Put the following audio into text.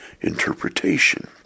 interpretation